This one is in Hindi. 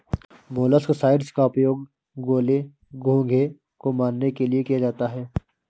मोलस्कसाइड्स का उपयोग गोले, घोंघे को मारने के लिए किया जाता है